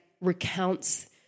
recounts